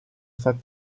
stati